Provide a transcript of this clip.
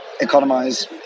economise